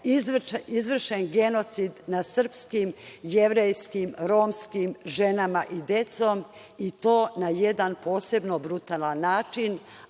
izvršen genocid nad srpskim, jevrejskim, romskim ženama i decom i to na jedan posebno brutalan način,